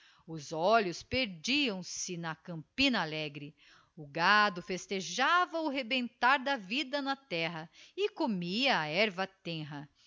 os olhos perdiam-se na campina alegre o gado festejava o rebentar da vida na terra e comia a herva tenra